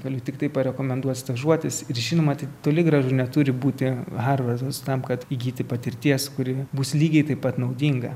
galiu tiktai parekomenduos stažuotis ir žinoma tai toli gražu neturi būti harvardas tam kad įgyti patirties kuri bus lygiai taip pat naudinga